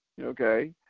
Okay